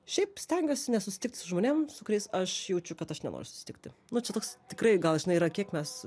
šiaip stengiuosi nesusitikt su žmonėm su kuriais aš jaučiu kad aš nenoriu susitikti nu čia toks tikrai gal žinai yra kiek mes